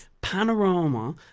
Panorama